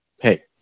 hey